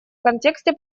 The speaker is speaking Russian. контексте